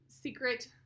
secret